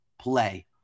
play